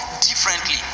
differently